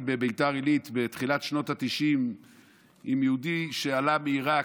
אני זוכר שעבדתי בביתר עילית בתחילת שנות התשעים עם יהודי שעלה מעיראק,